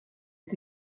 est